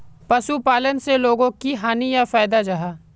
पशुपालन से लोगोक की हानि या फायदा जाहा?